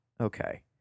Okay